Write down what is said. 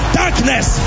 darkness